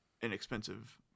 inexpensive